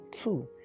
two